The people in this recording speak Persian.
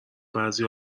بعضی